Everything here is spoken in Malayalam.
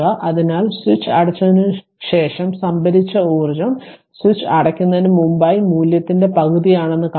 അതിനാൽ സ്വിച്ച് അടച്ചതിനുശേഷം സംഭരിച്ച ഊർജ്ജം സ്വിച്ച് അടയ്ക്കുന്നതിന് മുമ്പായി മൂല്യത്തിന്റെ പകുതിയാണെന്ന് കാണുക